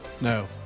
No